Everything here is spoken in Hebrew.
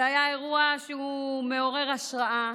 זה היה אירוע מעורר השראה,